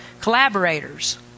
collaborators